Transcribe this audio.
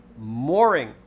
mooring